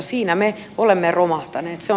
siinä me olemme romahtaneet